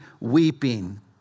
weeping